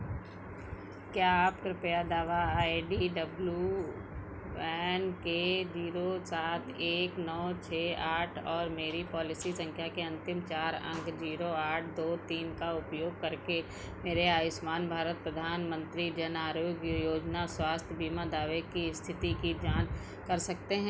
क्या आप कृपया दावा I D W N K zero सात एक नौ छः आठ और मेरी पॉलिसी संख्या के अंतिम चार अंक जीरो आठ दो तीन का उपयोग करके मेरे आयुष्मान भारत प्रधानमंत्री जन आरोग्य योजना स्वास्थ्य बीमा दावे की स्थिति की जाँच कर सकते हैं